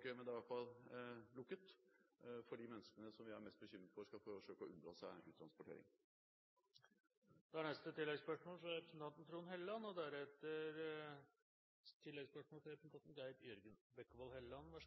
det er i hvert fall lukket – for de menneskene vi er mest bekymret for skal forsøke å unndra seg uttransportering. Trond Helleland – til oppfølgingsspørsmål. Høyre har støttet de innstrammingene regjeringen har gjort i asylpolitikken, og